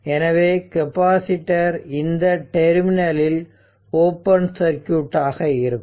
எனவே கெப்பாசிட்டர் இந்த டெர்மினலில் ஓபன் சர்க்யூட் ஆக இருக்கும்